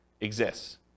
exists